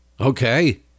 okay